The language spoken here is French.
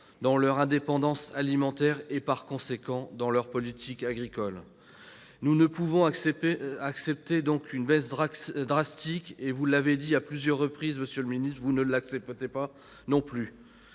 dans leur indépendance alimentaire, donc dans leur politique agricole. Nous ne pouvons accepter cette baisse drastique, et vous avez dit à plusieurs reprises, monsieur le ministre, que vous ne l'acceptiez pas non plus.